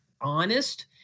honest